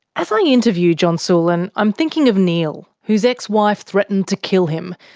as i interview john sulan, i'm thinking of neil, whose ex-wife threatened to kill him,